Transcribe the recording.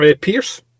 pierce